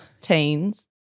teens